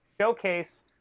showcase